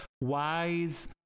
wise